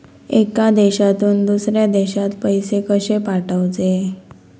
एका देशातून दुसऱ्या देशात पैसे कशे पाठवचे?